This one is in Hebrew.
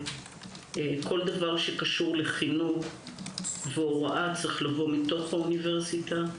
דבר שקשור לחינוך והוראה צריך לבוא מתוך האוניברסיטה,